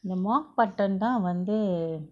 இந்த:indtha mokpatan தா வந்து:tha vanthu